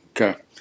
Okay